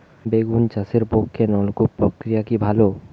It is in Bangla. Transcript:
বেগুন চাষের পক্ষে নলকূপ প্রক্রিয়া কি ভালো?